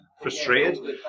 frustrated